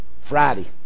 Friday